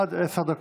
עד עשר דקות.